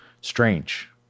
strange